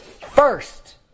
first